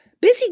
busy